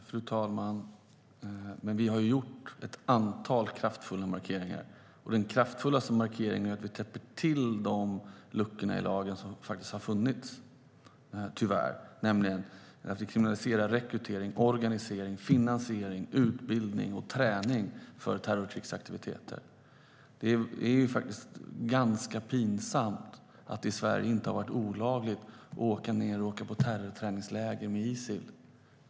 Fru talman! Vi har gjort ett antal kraftfulla markeringar. Och den kraftfullaste markeringen är att vi täpper till de luckor i lagen som tyvärr har funnits. Vi kriminaliserar rekrytering, organisering, finansiering, utbildning och träning för terrorkrigsaktiviteter. Det är ganska pinsamt att det inte har varit olagligt i Sverige att åka på terrorträningsläger med Isil.